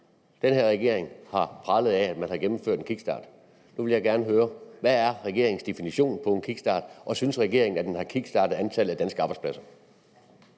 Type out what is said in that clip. Den her regering har pralet af, at den har gennemført en kickstart. Nu vil jeg gerne høre: Hvad er regeringens definition på en kickstart, og synes regeringen, at den har kickstartet antallet af danske arbejdspladser?